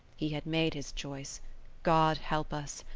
he had made his choice god help us.